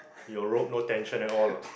your rope no tension at all lah